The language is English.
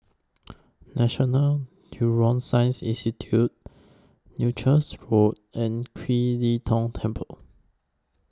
National Neuroscience Institute Leuchars Road and Kiew Lee Tong Temple